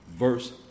verse